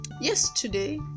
Yesterday